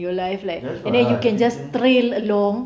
that's why lah she just